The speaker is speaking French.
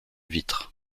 vitres